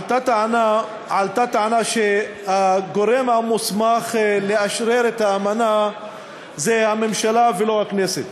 עלתה טענה שהגורם המוסמך לאשרר את האמנה הוא הממשלה ולא הכנסת.